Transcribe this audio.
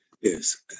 Yes